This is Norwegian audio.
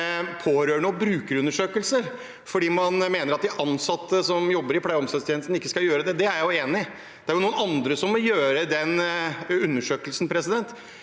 pårørende- og brukerundersøkelser, fordi man mener at de ansatte som jobber i pleieog omsorgstjenesten, ikke skal gjøre det. Det er jeg enig i. Det er noen andre som må gjennomføre den undersøkelsen. Jeg mener